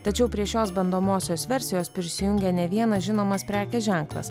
tačiau prie šios bandomosios versijos prisijungia ne vienas žinomas prekės ženklas